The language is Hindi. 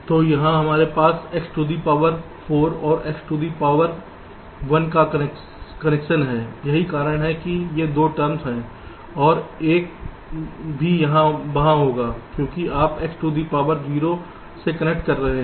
तो यहाँ हमारे पास x टू दी पॉवर 4 और x to the power power 1 का कनेक्शन है यही कारण है कि ये 2 टर्म्स हैं और 1 भी वहां होगा क्योंकि आप x टू दी पावर 0 से कनेक्ट कर रहे हैं